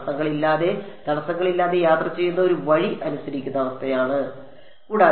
തടസ്സങ്ങളില്ലാതെ തടസ്സങ്ങളില്ലാതെ യാത്ര ചെയ്യുന്ന ഒരു വഴി അനുസരിക്കുന്ന അവസ്ഥയാണിത്